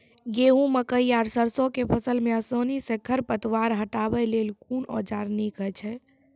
गेहूँ, मकई आर सरसो के फसल मे आसानी सॅ खर पतवार हटावै लेल कून औजार नीक है छै?